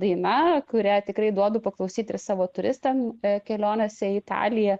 daina kurią tikrai duodu paklausyt ir savo turistam kelionėse į italiją